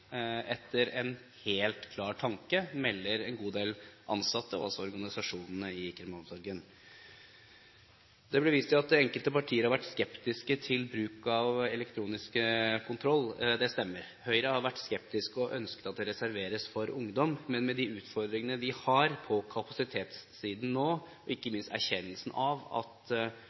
etter en helt klar tanke. Det melder en god del ansatte, og også organisasjonene, i kriminalomsorgen. Det ble vist til at enkelte partier har vært skeptiske til bruk av elektronisk kontroll. Det stemmer. Høyre har vært skeptisk og har ønsket at det reserveres for ungdom, men med de utfordringene vi har på kapasitetssiden nå, og ikke minst erkjennelsen av at